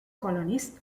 colonists